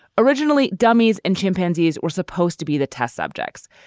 originally, dummies and chimpanzees were supposed to be the test subjects,